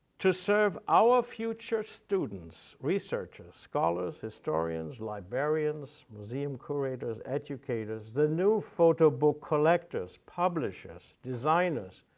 to serve our future students, researchers, scholars, historians, librarians, museum curators, educators, the new photo book collectors, publishers, designers,